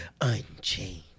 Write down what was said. Unchained